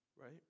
right